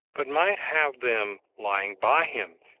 but might have them lying by him,